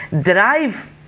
drive